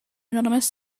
anonymous